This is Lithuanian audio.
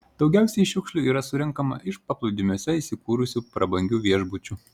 daugiausiai šiukšlių yra surenkama iš paplūdimiuose įsikūrusių prabangių viešbučių